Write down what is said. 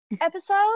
episode